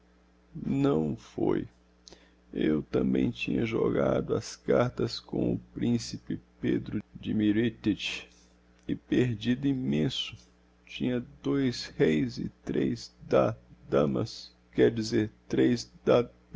não foi eu tambem tinha jogado as cartas com o principe pedro dmirititch e perdido immenso tinha dois reis e três da damas quero dizer três da